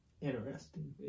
interesting